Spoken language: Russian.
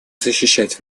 защищать